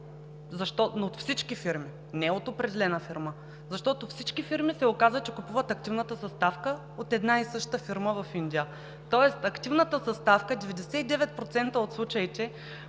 от всички фирми, не от определена фирма. Защо? Защото всички фирми се оказа, че купуват активната съставка от една и съща фирма в Индия, тоест активната съставка в 99% от случаите,